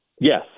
Yes